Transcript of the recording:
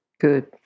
Good